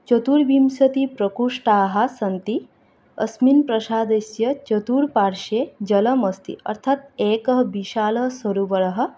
चतुर्विंशतिप्रकोष्ठाः सन्ति अस्मिन् प्रासादस्य चतुर्पार्श्वे जलमस्ति अर्थात् एकः विशालसरोवरः